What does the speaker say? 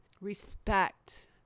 Respect